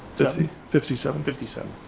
fifty fifty seven. fifty seven.